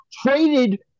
Traded